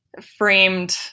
framed